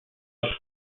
dos